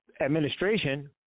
administration